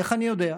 איך אני יודע?